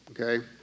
okay